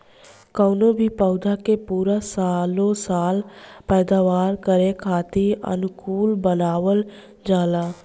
कवनो भी पौधा के पूरा सालो साल पैदावार करे खातीर अनुकूल बनावल जाला